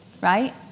Right